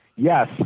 Yes